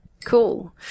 cool